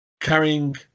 Carrying